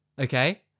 Okay